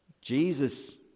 Jesus